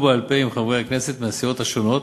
בעל-פה עם חברי כנסת מהסיעות השונות